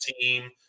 team